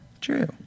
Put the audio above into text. True